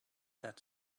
that